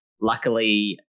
luckily